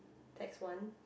text one